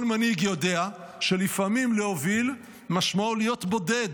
כל מנהיג יודע שלפעמים להוביל משמעו להיות בודד,